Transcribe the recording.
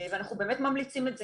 אנחנו באמת ממליצים את זה.